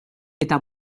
eta